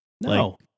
No